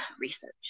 research